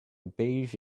beige